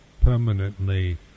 permanently